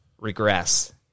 regress